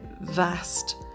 vast